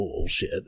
Bullshit